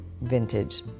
vintage